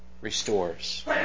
restores